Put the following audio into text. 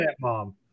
mom